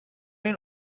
این